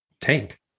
tank